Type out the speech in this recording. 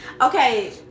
okay